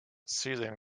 seizing